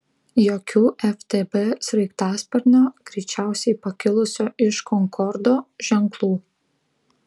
jokių ftb sraigtasparnio greičiausiai pakilusio iš konkordo ženklų